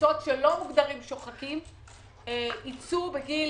במקצועות שלא מוגדרים שוחרים ייצאו בגיל